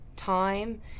time